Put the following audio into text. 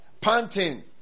panting